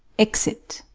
exit